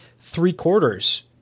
three-quarters –